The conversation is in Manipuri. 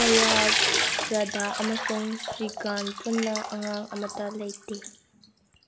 ꯖꯌꯥ ꯄ꯭ꯔꯗꯥ ꯑꯃꯁꯨꯡ ꯁ꯭ꯔꯤꯀꯥꯟ ꯄꯨꯟꯅ ꯑꯉꯥꯡ ꯑꯃꯠꯇ ꯂꯩꯇꯦ